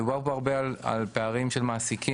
דובר פה הרבה על פערים של מעסיקים,